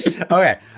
Okay